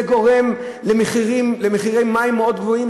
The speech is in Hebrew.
זה גורם למחירי מים מאוד גבוהים,